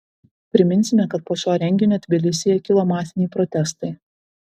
priminsime kad po šio renginio tbilisyje kilo masiniai protestai